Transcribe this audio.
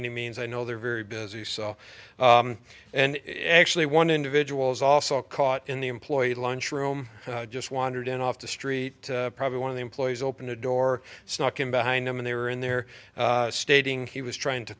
any means i know they're very busy so and actually one individual is also caught in the employee lunchroom just wandered in off the street probably one of the employees opened a door snuck in behind him and they were in there stating he was trying to